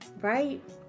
right